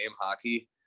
hockey